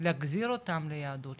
להחזיר אותם ליהדות,